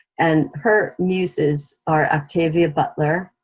and her muses are octavia butler,